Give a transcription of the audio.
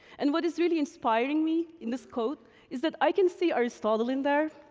and what is really inspiring me in this quote is that i can see aristotle in there.